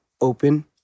open